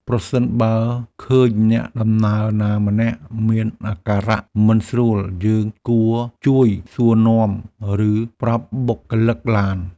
ប្រសិនបើឃើញអ្នកដំណើរណាម្នាក់មានអាការៈមិនស្រួល យើងគួរជួយសួរនាំ ឬប្រាប់បុគ្គលិកឡាន។